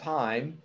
time